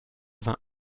vingt